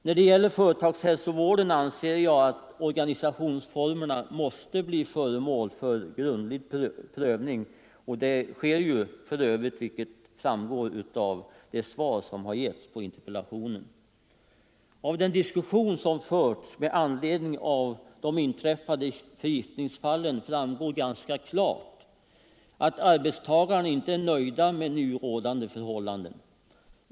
När det gäller företagshälsovården anser jag att organisationsformerna måste bli föremål för grundlig prövning, och av svaret framgår att så också sker. Av den diskussion som förts med anledning av de inträffade förgiftningsfallen framgår ganska klart att arbetstagarna inte är nöjda med nu rådande förhållanden.